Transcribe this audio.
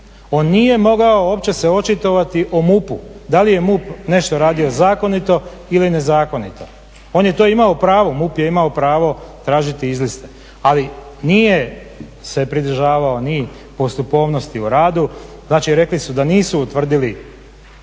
On nije mogao uopće se očitovati o MUP-u da li je MUP nešto radio zakonito ili nezakonito. On je to imao pravo. MUP je imao pravo tražiti izliste, ali nije se pridržavao ni postupovnosti u radu, znači rekli su da nisu utvrdili